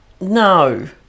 No